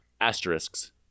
asterisks